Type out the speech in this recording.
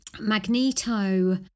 magneto